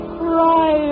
cry